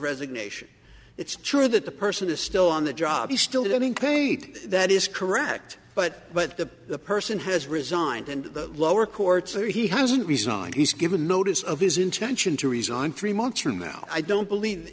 resignation it's true that the person is still on the job he's still getting paid that is correct but but the person has resigned and the lower courts are he hasn't resigned he's given notice of his intention to resign three months from now i don't believe i